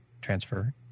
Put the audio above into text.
transfer